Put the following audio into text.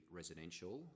residential